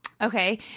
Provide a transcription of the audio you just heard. Okay